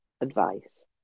advice